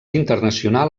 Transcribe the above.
internacional